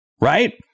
Right